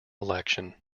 election